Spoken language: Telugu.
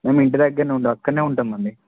మేము ఇంటి దగ్గరనే ఉంటాం అక్కడనే ఉంటామండి